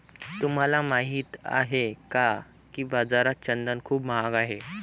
तुम्हाला माहित आहे का की बाजारात चंदन खूप महाग आहे?